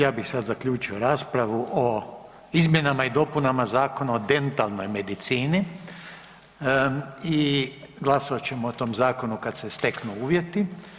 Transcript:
Ja bih sad zaključio raspravu o izmjenama i dopunama Zakona o dentalnoj medicini i glasovat ćemo o tom zakonu kad se steknu uvjeti.